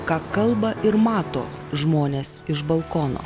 ką kalba ir mato žmonės iš balkono